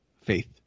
Faith